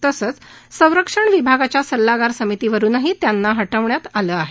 तसच संरक्षण विभागाच्या सल्लागार समितीवरूनही त्यांना हटवण्यात आलं आहे